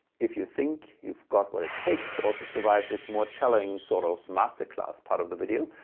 if you think you've got what it takes to also survive this more challenging, sort of master class part of the video,